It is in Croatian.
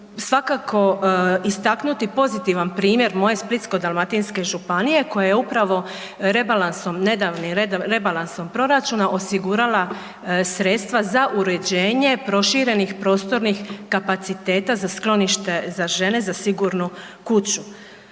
svakako istaknuti pozitivan primjer moje Splitsko-dalmatinske županije koja je upravo rebalansom, nedavnim rebalansom proračuna osigurala sredstva za uređenje proširenih prostornih kapaciteta za sklonište za žene za sigurnu kuću.